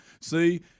See